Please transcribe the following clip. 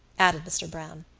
added mr. browne.